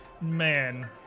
man